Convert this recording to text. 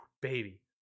baby